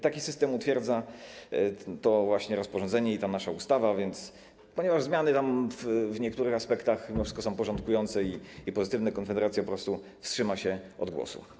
Taki system utwierdza to właśnie rozporządzenie i ta nasza ustawa, ale ponieważ zmiany w niektórych aspektach mimo wszystko są porządkujące i pozytywne, Konfederacja po prostu wstrzyma się od głosu.